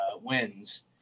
wins